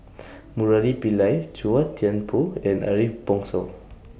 Murali Pillai Chua Thian Poh and Ariff Bongso